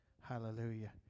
Hallelujah